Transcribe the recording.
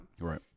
Right